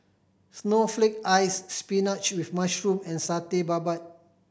snowflake ice spinach with mushroom and Satay Babat